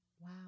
wow